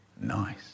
nice